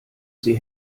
sie